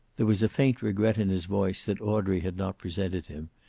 there was a faint regret in his voice that audrey had not presented him,